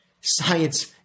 science